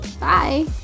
Bye